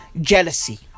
jealousy